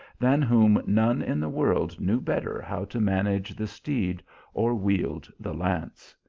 than whom none in the world knew better how to manage the steed or wield the lance.